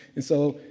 and so,